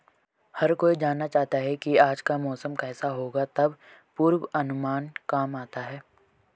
हर कोई जानना चाहता है की आज का मौसम केसा होगा तब पूर्वानुमान काम आता है